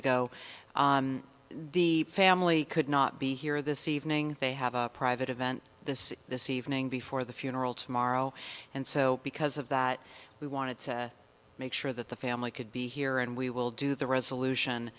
ago the family could not be here this evening they have a private event this this evening before the funeral tomorrow and so because of that we wanted to make sure that the family could be here and we will do the resolution